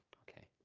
okay.